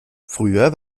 früher